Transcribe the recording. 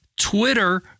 Twitter